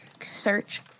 search